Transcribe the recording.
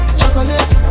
chocolate